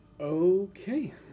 Okay